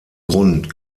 grund